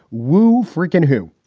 whew! freakin hoo.